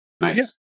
Nice